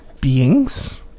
beings